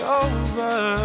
over